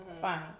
Fine